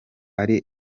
ari